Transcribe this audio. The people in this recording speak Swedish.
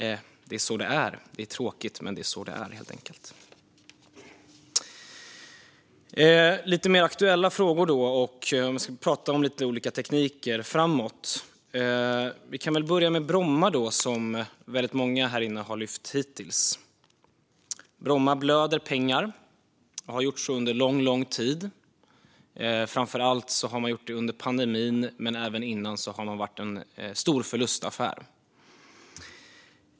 Det är tråkigt, men det är helt enkelt så det är. Jag går då över till lite mer aktuella frågor och ska prata lite om olika tekniker framåt. Vi kan väl börja med Bromma, som väldigt många här inne har lyft fram. Bromma blöder pengar och har gjort det under lång, lång tid - framför allt under pandemin, men även innan det var Bromma en stor förlustaffär.